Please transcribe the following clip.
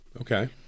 Okay